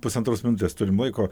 pusantros minutės turim laiko